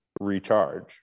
recharge